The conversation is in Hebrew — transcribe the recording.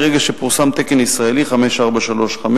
מרגע שפורסם תקן ישראלי 5435,